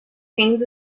hayes